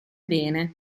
bene